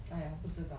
!aiya! 不知道